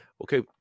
Okay